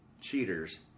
cheaters